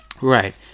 Right